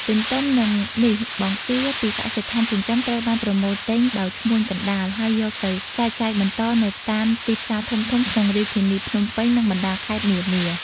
ទន្ទឹមនឹងនេះបង្គាពីកសិដ្ឋានចិញ្ចឹមត្រូវបានប្រមូលទិញដោយឈ្មួញកណ្ដាល ហើយយកទៅចែកចាយបន្តនៅតាមទីផ្សារធំៗក្នុងរាជធានីភ្នំពេញ និងបណ្តាខេត្តនានា។